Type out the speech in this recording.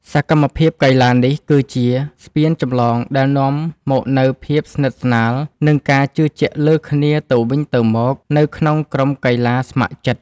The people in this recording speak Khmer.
សកម្មភាពកីឡានេះ គឺជាស្ពានចម្លងដែលនាំមកនូវភាពស្និទ្ធស្នាល និងការជឿជាក់លើគ្នាទៅវិញទៅមកនៅក្នុងក្រុមកីឡាករស្ម័គ្រចិត្ត។